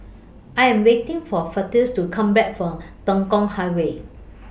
I Am waiting For Festus to Come Back from Tekong Highway